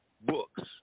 books